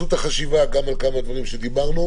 תחשבו גם על כמה דברים שדיברנו.